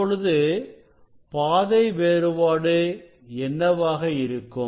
இப்பொழுது பாதை வேறுபாடு என்னவாக இருக்கும்